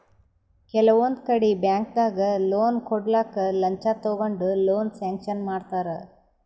ಕೆಲವೊಂದ್ ಕಡಿ ಬ್ಯಾಂಕ್ದಾಗ್ ಲೋನ್ ಕೊಡ್ಲಕ್ಕ್ ಲಂಚ ತಗೊಂಡ್ ಲೋನ್ ಸ್ಯಾಂಕ್ಷನ್ ಮಾಡ್ತರ್